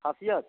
खासियत